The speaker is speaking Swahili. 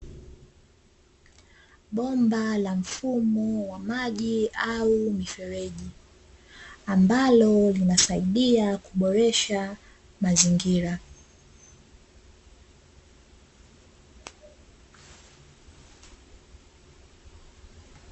Bomba la mfumo wa maji au mifereji, ambalo linasaidia kuboresha mazingira.